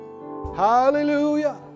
Hallelujah